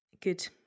good